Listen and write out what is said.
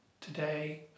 today